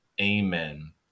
Amen